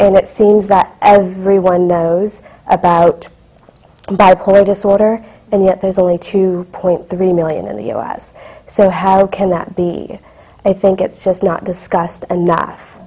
and it seems that everyone knows about bipolar disorder and yet there's only two point three million in the u s so how can that be i think it's just not discussed enough